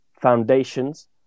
foundations